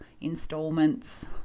installments